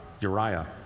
Uriah